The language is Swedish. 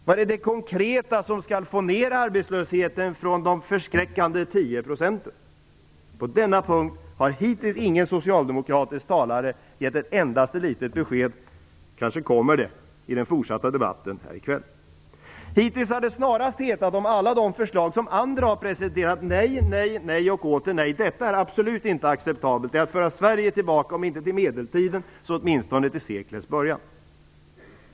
Vad är det konkret som skall få ner arbetslösheten från de förskräckande 10 procenten? På den punkten har ingen socialdemokratisk talare hittills gett något enda litet besked. Kanske kommer det ett sådant i den fortsatta debatten här i kväll. Hittills har det till alla de förslag som andra har presenterat sagts: Nej, nej, nej och åter nej. Detta är absolut inte acceptabelt, utan det är att föra Sverige tillbaka om inte till medeltiden så åtminstone till seklets början.